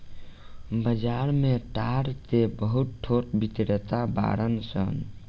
बाजार में ताड़ के बहुत थोक बिक्रेता बाड़न सन